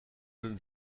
jeune